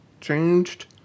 changed